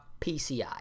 PCI